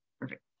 perfect